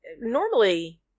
normally